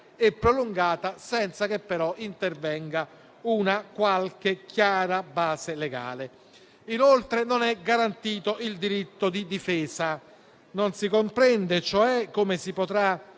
e prolungata, senza che però intervenga una qualche chiara base legale. Inoltre, non è garantito il diritto di difesa. Non si comprende cioè come si potrà